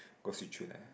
go Swee Choon ah